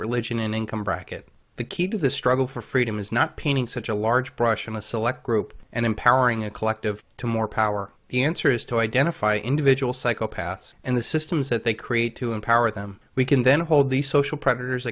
religion and income bracket the key to the struggle for freedom is not painting such a large brush on a select group and empowering a collective to more power the answer is to identify individual psychopaths and the systems that they create to empower them we can then hold these social predators